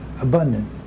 abundant